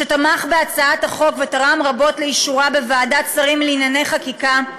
שתמך בהצעת החוק ותרם רבות לאישורה בוועדת השרים לענייני חקיקה,